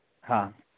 हाँ